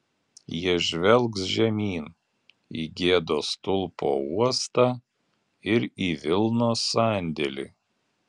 jie žvelgs žemyn į gėdos stulpo uostą ir į vilnos sandėlį